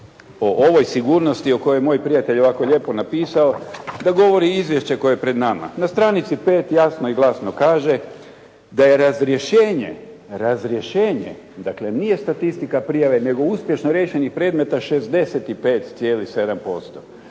o ovoj sigurnosti o kojoj je moj prijatelj ovako lijepo napisao da govori izvješće koje je pred nama. Na stranici 5 jasno i glasno kaže da je razrješenje, dakle nije statistika prijave, nego uspješno riješenih predmeta 65,7%